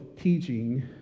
teaching